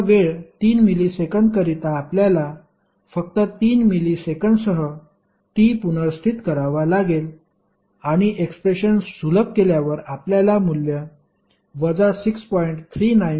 आता वेळ 3 मिलीसेकंद करिता आपल्याला फक्त 3 मिलिसेकंदसह t पुनर्स्थित करावा लागेल आणि एक्सप्रेशन सुलभ केल्यावर आपल्याला मूल्य वजा 6